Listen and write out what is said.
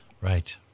Right